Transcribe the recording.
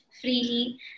freely